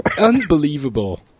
unbelievable